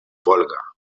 volga